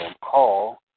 call